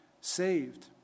saved